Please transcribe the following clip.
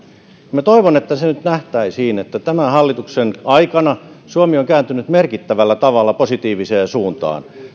minä toivon että nyt nähtäisiin se että tämän hallituksen aikana suomi on kääntynyt merkittävällä tavalla positiiviseen suuntaan